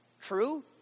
True